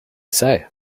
say